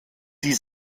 die